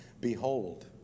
behold